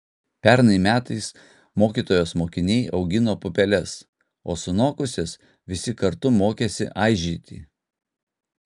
pernai metais mokytojos mokiniai augino pupeles o sunokusias visi kartu mokėsi aižyti